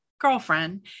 girlfriend